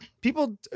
People